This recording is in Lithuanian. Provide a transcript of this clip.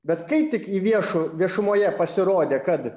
bet kai tik į viešu viešumoje pasirodė kad